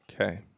Okay